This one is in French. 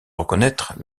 reconnaître